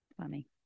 Funny